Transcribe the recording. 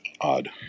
Odd